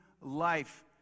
life